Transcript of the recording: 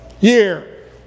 year